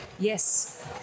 Yes